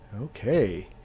Okay